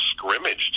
scrimmaged